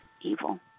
evil